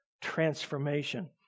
transformation